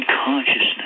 Consciousness